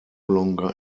longer